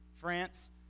France